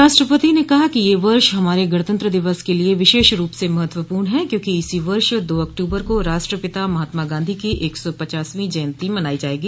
राष्ट्रपति ने कहा कि यह वर्ष हमारे गणतंत्र दिवस के लिये विशेष रूप से महत्वपूर्ण है क्योंकि इसी वर्ष दो अक्टूबर को राष्ट्रपिता महात्मा गांधी की एक सौ पचासवीं जयन्ती मनाई जायेगी